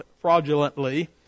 fraudulently